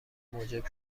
موجب